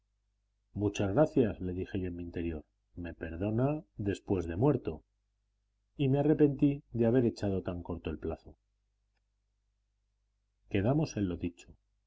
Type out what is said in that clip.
muchas gracias le dije yo en mi interior me perdona después de muerto y me arrepentí de haber echado tan corto el plazo quedamos en lo dicho